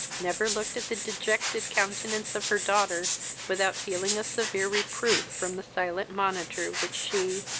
never looked at the dejected countenance of her daughter without feeling a severe reproof from the silent monitor which she,